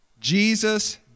Jesus